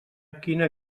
quina